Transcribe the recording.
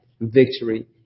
victory